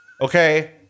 Okay